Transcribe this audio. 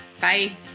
Bye